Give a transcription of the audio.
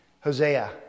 Hosea